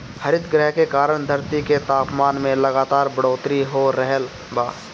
हरितगृह के कारण धरती के तापमान में लगातार बढ़ोतरी हो रहल बा